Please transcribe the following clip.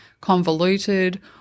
convoluted